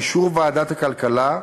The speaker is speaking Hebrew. באישור ועדת הכלכלה,